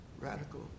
Radical